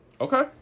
Okay